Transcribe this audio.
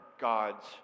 God's